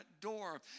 door